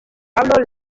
pablo